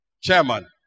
chairman